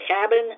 cabin